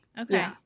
Okay